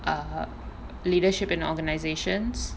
ah leadership in organisations